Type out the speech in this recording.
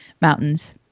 mountains